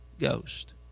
Ghost